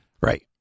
Right